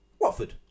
Watford